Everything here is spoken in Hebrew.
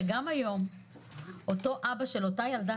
שגם היום אותו אבא של אותה ילדה,